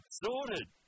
sorted